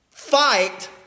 Fight